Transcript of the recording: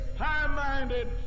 high-minded